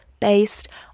based